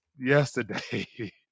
yesterday